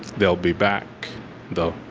they'll be back though.